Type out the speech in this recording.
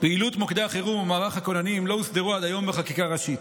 פעילות מוקדי החירום ומערך הכוננים לא הוסדרו עד היום בחקיקה ראשית.